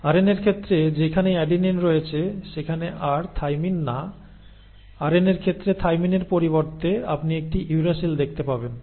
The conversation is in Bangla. আরএনএর ক্ষেত্রে যেখানেই অ্যাডিনিন রয়েছে সেখানে আর থাইমিন না আরএনএর ক্ষেত্রে থাইমিনের পরিবর্তে আপনি একটি ইউরেসিল দেখতে পাবেন